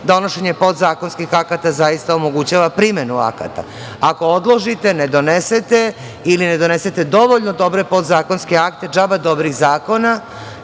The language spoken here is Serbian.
donošenje zakonskih akata zaista omogućava primenu akata. Ako odložite, ne donesete ili ne donesete dovoljno dobre podzakonske akte, džaba dobrih zakona,